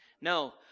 No